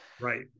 Right